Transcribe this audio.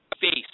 face